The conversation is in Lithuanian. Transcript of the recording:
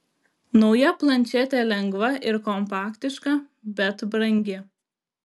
nauja plančetė lengva ir kompaktiška bet brangi